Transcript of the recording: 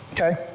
Okay